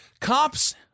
Cops